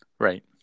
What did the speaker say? Right